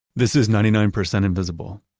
this is ninety nine percent invisible.